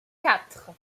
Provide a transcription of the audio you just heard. quatre